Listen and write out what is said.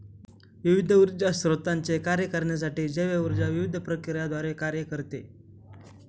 विविध ऊर्जा स्त्रोतांचे कार्य करण्यासाठी जैव ऊर्जा विविध प्रक्रियांद्वारे कार्य करते